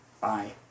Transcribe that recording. Bye